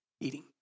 eating